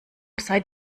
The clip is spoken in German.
seid